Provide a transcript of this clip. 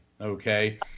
Okay